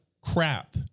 crap